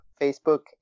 Facebook